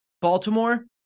Baltimore